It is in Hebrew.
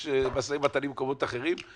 יש משא ומתנים במקומות אחרים.